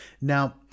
Now